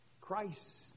Christ